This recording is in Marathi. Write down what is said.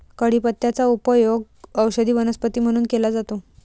कढीपत्त्याचा उपयोग औषधी वनस्पती म्हणून केला जातो